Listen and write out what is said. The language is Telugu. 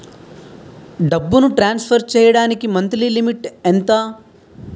డబ్బును ట్రాన్సఫర్ చేయడానికి మంత్లీ లిమిట్ ఎంత?